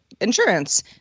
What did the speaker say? insurance